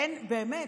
באמת,